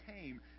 came